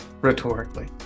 rhetorically